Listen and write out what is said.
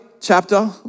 chapter